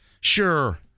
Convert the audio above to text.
Sure